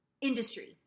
industry